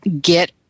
get